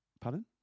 Pardon